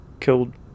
killed